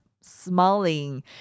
smiling